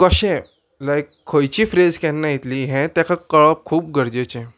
कशें लायक खंयची फ्रेज केन्ना येतली हें तेका कळप खूब गरजेचें